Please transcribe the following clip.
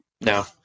No